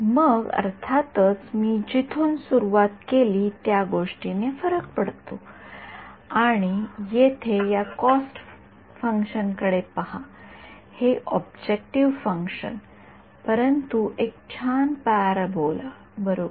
मग अर्थातच मी जिथून सुरुवात केली त्या गोष्टीने फरक पडतो आणि येथे या कॉस्ट फंक्शन पहा हे ऑब्जेक्टिव्ह फंक्शन परंतु एक छान परबोल बरोबर